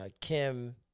kim